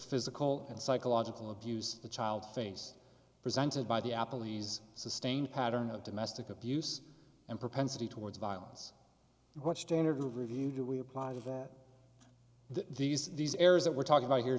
physical and psychological abuse the child faced presented by the apple e's sustained pattern of domestic abuse and propensity towards violence and what standard of review do we apply to that these these areas that we're talking about here